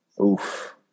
oof